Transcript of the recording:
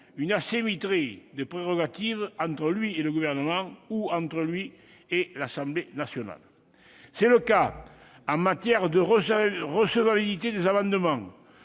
une asymétrie de prérogatives entre lui et le Gouvernement, ou entre lui et l'Assemblée nationale. C'est le cas en matière de recevabilité des amendements,